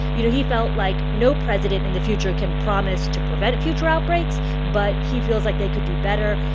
you know, he felt like no president in the future can promise to prevent future outbreaks, but he feels like they could do better.